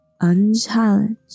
unchallenged